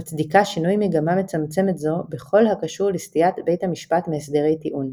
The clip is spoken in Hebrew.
מצדיקה שינוי מגמה מצמצמת זו בכל הקשור לסטיית בית המשפט מהסדרי טיעון.